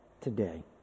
today